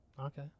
Okay